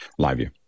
LiveView